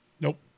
Nope